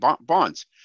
bonds